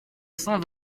saint